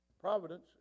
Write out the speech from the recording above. providence